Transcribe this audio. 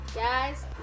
Guys